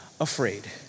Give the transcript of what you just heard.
afraid